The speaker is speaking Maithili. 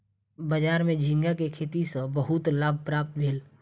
बजार में झींगा के खेती सॅ बहुत लाभ प्राप्त भेल